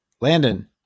Landon